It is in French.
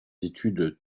études